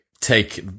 take